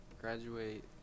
graduate